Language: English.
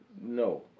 No